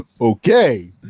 Okay